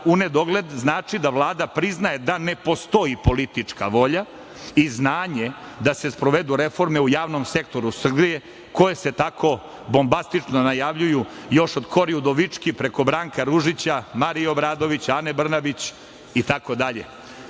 nedogled znači da Vlada priznaje da ne postoji politička volja i znanje da se sprovedu reforme u javnom sektoru Srbije koje se tako bombastično najavljuju još od Kori Udovički, preko Branka Ružića, Marije Obradović, Ane Brnabić i tako dalje.